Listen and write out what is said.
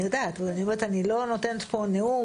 אני יודעת, אני לא נותנת נאום